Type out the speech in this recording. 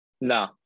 No